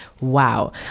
wow